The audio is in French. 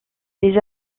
les